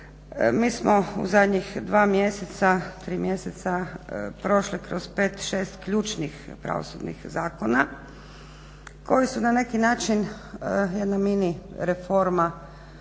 mi smo u zadnjih 2 mjeseca, 3 mjeseca prošli kroz 5, 6 ključnih pravosudnih zakona koji su na neki način jedne mini reforma,